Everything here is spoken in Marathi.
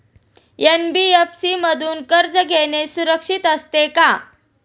एन.बी.एफ.सी मधून कर्ज घेणे सुरक्षित असते का?